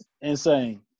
Insane